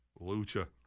Lucha